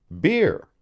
beer